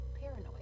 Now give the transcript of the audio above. paranoid